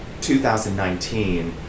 2019